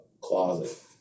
closet